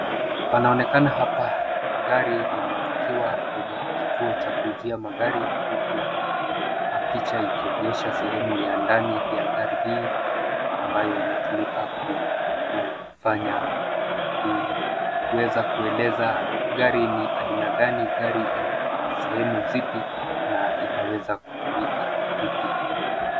Panaonekana hapa gari limepakiwa kwenye kituo cha kuuzia magari huku picha ikionyesha sehemu ya ndani ya gari hii, ambayo inatumika kufanya kuweza kueleza gari ni aina gani, gari ni sehemu zipi na inaweza kutumika vipi.